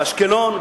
באשקלון,